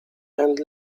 and